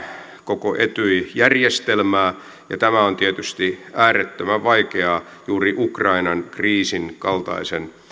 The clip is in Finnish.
koko etyj järjestelmää ja tämä on tietysti äärettömän vaikeaa juuri ukrainan kriisin kaltaisen